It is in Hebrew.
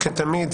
כתמיד,